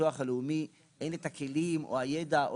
לביטוח הלאומי אין את הכלים או הידע או